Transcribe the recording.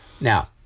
Now